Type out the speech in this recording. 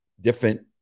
different